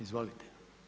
Izvolite.